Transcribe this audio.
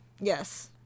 Yes